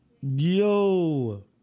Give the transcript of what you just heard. Yo